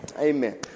Amen